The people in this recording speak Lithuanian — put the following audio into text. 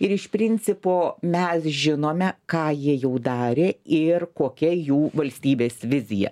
ir iš principo mes žinome ką jie jau darė ir kokia jų valstybės vizija